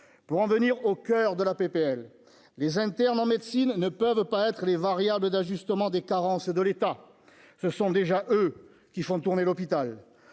pour en venir au coeur de la PPL les internes en médecine ne peuvent pas être les variables d'ajustement des carences de l'État, ce sont déjà eux qui font tourner l'hôpital